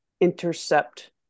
intercept